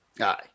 Aye